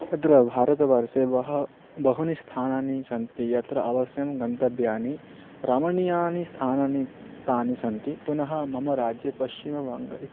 तत्र भारतवर्षे बहु बहूनि स्थानानि सन्ति यत् अवश्यं गन्तव्यानि रमणीयानि स्थाननि तानि सन्ति पुनः मम राज्यं पश्चिमवङ्गः इति